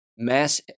Mass